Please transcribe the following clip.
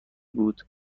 بود